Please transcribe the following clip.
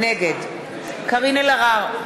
נגד קארין אלהרר,